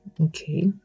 okay